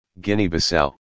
Guinea-Bissau